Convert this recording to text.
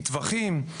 מטווחים,